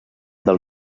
del